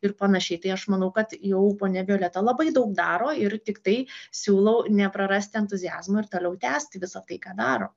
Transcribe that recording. ir panašiai tai aš manau kad jau ponia violeta labai daug daro ir tiktai siūlau neprarasti entuziazmo ir toliau tęsti visą tai ką daro